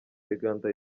uganda